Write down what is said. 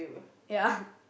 ya